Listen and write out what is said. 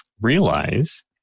realize